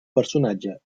personatge